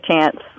chance